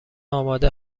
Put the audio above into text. آماده